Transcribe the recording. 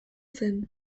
zen